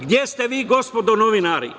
Gde ste vi gospodo novinari?